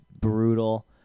brutal